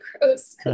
gross